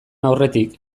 aurretik